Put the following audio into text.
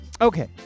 Okay